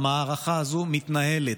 המערכה הזו מתנהלת.